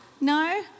No